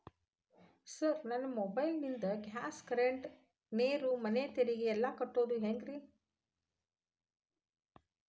Sir ನನ್ನ mobile ನಿಂದ gas, current, ನೇರು, ಮನೆ ತೆರಿಗೆ ಎಲ್ಲಾ ಕಟ್ಟೋದು ಹೆಂಗ್ರಿ?